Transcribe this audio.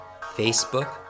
Facebook